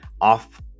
off